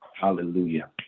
hallelujah